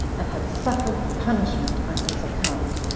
and had suffered punishment on his account,